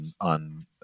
on